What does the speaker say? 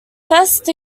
fest